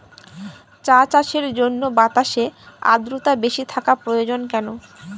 চা চাষের জন্য বাতাসে আর্দ্রতা বেশি থাকা প্রয়োজন কেন?